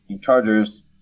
Chargers